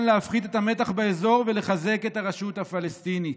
להפחית את המתח באזור ולחזק את הרשות הפלסטינית.